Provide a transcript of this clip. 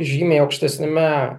žymiai aukštesniame